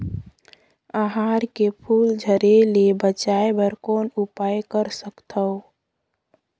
अरहर के फूल झरे ले बचाय बर कौन उपाय कर सकथव?